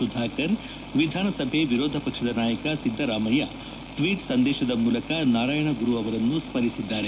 ಸುಧಾಕರ್ ವಿಧಾನಸಭೆ ವಿರೋಧ ಪಕ್ಷದ ನಾಯಕ ಸಿದ್ದರಾಮಯ್ಯ ಟ್ವೀಟ್ ಸಂದೇಶದ ಮೂಲಕ ನಾರಾಯಣ ಗುರು ಅವರನ್ನು ಸ್ಥರಿಸಿದ್ದಾರೆ